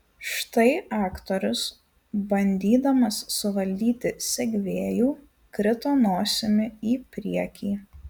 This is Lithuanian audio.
štai aktorius bandydamas suvaldyti segvėjų krito nosimi į priekį